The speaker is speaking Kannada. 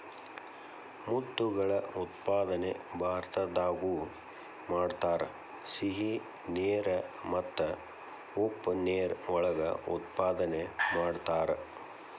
ಮುತ್ತುಗಳ ಉತ್ಪಾದನೆ ಭಾರತದಾಗು ಮಾಡತಾರ, ಸಿಹಿ ನೇರ ಮತ್ತ ಉಪ್ಪ ನೇರ ಒಳಗ ಉತ್ಪಾದನೆ ಮಾಡತಾರ